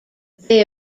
they